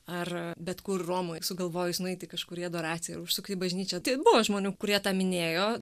ar bet kur romoj sugalvojus nueiti kažkur į edoracija ir užsukt į bažnyčią tai buvo žmonių kurie tą minėjo